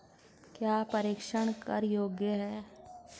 क्या प्रेषण कर योग्य हैं?